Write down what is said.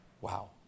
wow